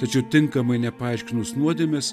tačiau tinkamai nepaaiškinus nuodėmės